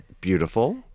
beautiful